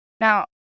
Now